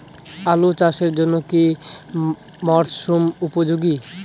আলু চাষের জন্য কি মরসুম উপযোগী?